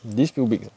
these few weeks ah